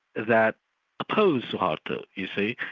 that opposed suharto, you see,